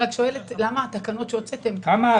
בסדר.